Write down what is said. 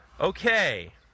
Okay